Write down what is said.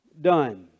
done